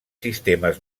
sistemes